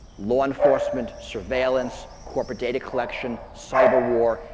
law enforcement, surveillance, corporate data collection, cyberwar,